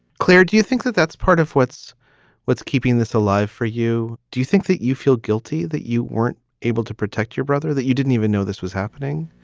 claire, do you think that that's part of what's what's keeping this alive for you? do you think that you feel guilty, that you weren't able to protect your brother, that you didn't even know this was happening?